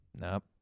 nope